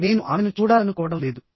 నేను ఆమెను చూడాలనుకోవడం లేదు